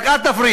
רק אל תפריע,